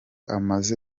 amaze